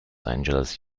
angeles